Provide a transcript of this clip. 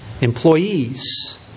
employees